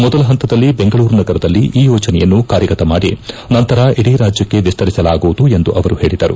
ಮೊದಲ ಹಂತದಲ್ಲಿ ಬೆಂಗಳೂರು ನಗರದಲ್ಲಿ ಈ ಯೋಜನೆಯನ್ನು ಕಾರ್ಯಗತ ಮಾಡಿ ನಂತರ ಇಡೀ ರಾಜ್ಯಕ್ಷೆ ವಿಸ್ತರಿಸಲಾಗುವುದು ಎಂದು ಅವರು ಹೇಳಿದರು